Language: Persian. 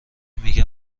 میگن